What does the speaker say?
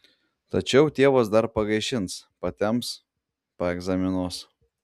tačiau tėvas dar pagaišins patemps paegzaminuos